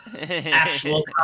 actual